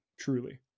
Truly